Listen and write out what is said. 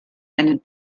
einen